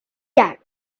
that